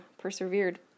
persevered